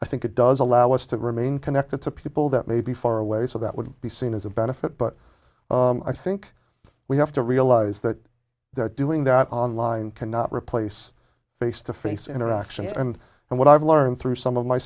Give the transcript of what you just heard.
i think it does allow us to remain connected to people that may be far away so that would be seen as a benefit but i think we have to realize that they're doing that online cannot replace face to face interaction and and what i've learned through some of my